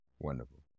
Wonderful